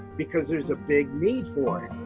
because there's a big need for it.